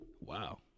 Wow